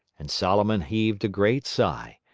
and solomon heaved a great sigh,